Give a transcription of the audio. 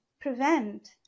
prevent